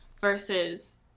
versus